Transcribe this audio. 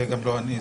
זה גם לא אני.